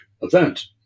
event